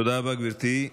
תודה רבה, גברתי.